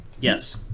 Yes